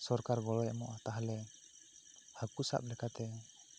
ᱥᱚᱨᱠᱟᱨ ᱜᱚᱲᱚᱭ ᱮᱢᱚᱜᱼᱟ ᱛᱟᱦᱚᱞᱮ ᱦᱟᱹᱠᱩ ᱥᱟᱵ ᱞᱮᱠᱟᱛᱮ